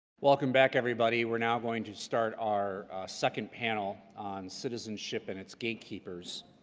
welcome back, everybody. we're now going to start our second panel, on citizenship and its gatekeepers.